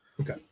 okay